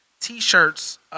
T-shirts